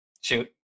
Shoot